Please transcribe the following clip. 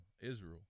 Israel